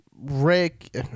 Rick